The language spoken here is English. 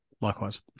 Likewise